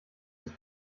ist